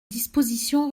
dispositions